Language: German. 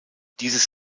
dieses